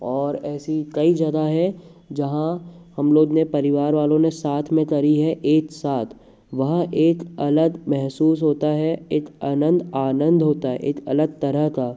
और ऐसी कई जगह है जहाँ हम लोग ने परिवार वालों ने साथ में करी है एक साथ वहाँ एक अलग महसूस होता हैं एक आनंद होता है एक अलग तरह का